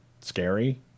scary